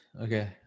Okay